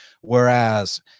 whereas